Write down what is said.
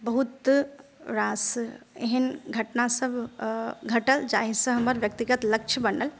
बहुत रास एहन घटना सब घटल जाहिसँ हमर व्यक्तिगत लक्ष्य बनल